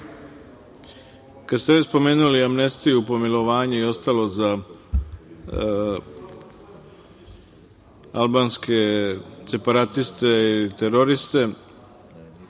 ste već spomenuli amnestiju, pomilovanje i ostalo za albanske separatiste i teroriste,